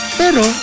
pero